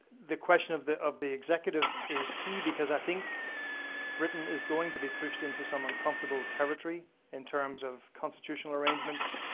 the question of the of the executive is key because i think britain is going to be pushed into some uncomfortable territory in terms of constitutional arrangements,